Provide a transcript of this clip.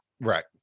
Right